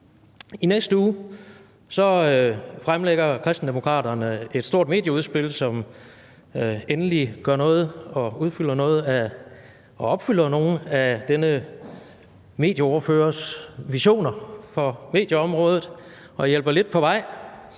I næste uge fremlægger Kristendemokraterne et stort medieudspil, som endelig gør noget og opfylder nogle af denne medieordførers visioner for medieområdet og hjælper det lidt på vej.